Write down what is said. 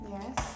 Yes